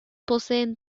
poseen